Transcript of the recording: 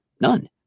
None